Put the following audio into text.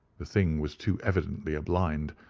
the thing was too evidently a blind.